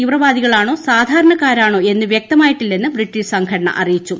തീവ്രവാദികളാണോ സാധാരണക്കാരാണോ എന്ന് വ്യക്തമായിട്ടില്ലെന്ന് ബ്രിട്ടീഷ് സംഘടന അറിയിച്ചു